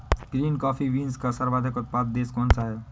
Green coffee beans का सर्वाधिक उत्पादक देश कौन सा है?